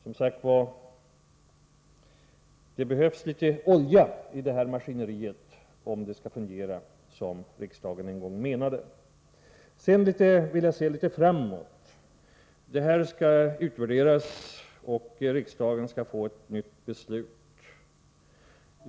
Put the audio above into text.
Det behövs som sagt litet olja i det här maskineriet om det skall fungera som riksdagen en gång menade. Sedan vill jag se litet framåt. Verksamheten skall utvärderas, och riksdagen skall få ett nytt förslag.